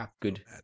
good